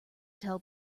tell